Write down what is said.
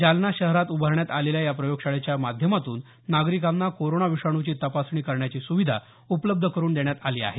जालना शहरात उभारण्यात आलेल्या या प्रयोगशाळेच्या माध्यमातून नागरिकांना कोरोना विषाणूची तपासणी करण्याची सुविधा उपलब्ध करुन देण्यात आली आहे